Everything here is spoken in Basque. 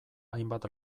hainbat